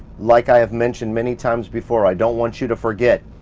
like i have mentioned many times before. i don't want you to forget.